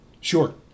Sure